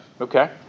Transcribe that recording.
okay